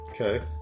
Okay